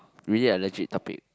we need a legit topic